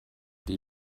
die